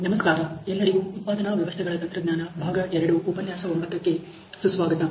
ನಮಸ್ಕಾರ ಎಲ್ಲರಿಗೂ ಉತ್ಪಾದನಾ ವ್ಯವಸ್ಥೆಗಳ ತಂತ್ರಜ್ಞಾನ ಭಾಗ ಎರಡು ಉಪನ್ಯಾಸ ಒಂಬತ್ತಕ್ಕೆ ಸುಸ್ವಾಗತ